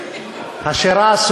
השירה,